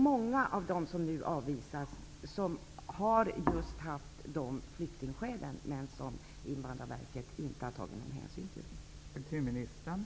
Många av dem som nu avvisas har just haft de flyktingskälen, men det har Invandraverket inte tagit någon hänsyn till.